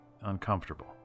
uncomfortable